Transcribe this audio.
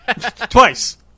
twice